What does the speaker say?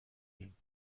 داریم